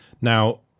Now